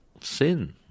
sin